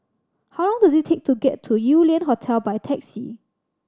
how long does it take to get to Yew Lian Hotel by taxi